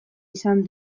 izan